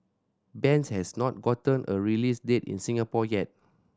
bends has not gotten a release date in Singapore yet